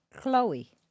Chloe